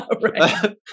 right